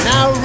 Now